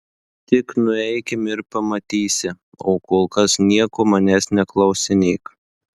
tik nueikim ir pamatysi o kol kas nieko manęs neklausinėk